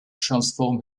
transform